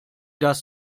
das